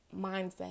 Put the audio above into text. mindset